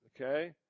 okay